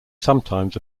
sometimes